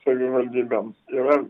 savivaldybėms yra